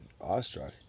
awestruck